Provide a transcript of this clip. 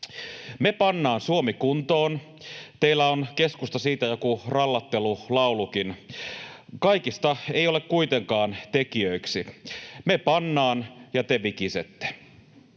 Me pannaan Suomi kuntoon. Teillä, keskusta, on siitä joku rallattelulaulukin. Kaikista ei ole kuitenkaan tekijöiksi. Me pannaan ja te vikisette.